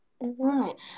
Right